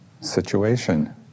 situation